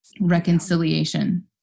reconciliation